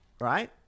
right